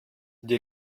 die